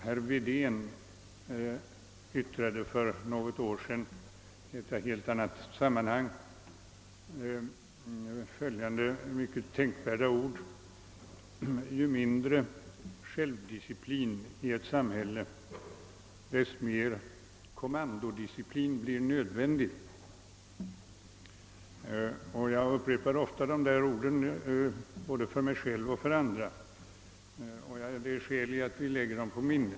Herr Wedén yttrade för något år sedan i ett helt annat sammanhang följande mycket tänkvärda ord: »Ju mindre självdisciplin det är i ett samhälle, desto mera kommandodisciplin blir nödvändig». Jag upprepar ofta dessa ord både för mig själv och för andra, och det är skäl i att vi lägger dem på minnet.